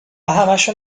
همشو